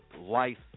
life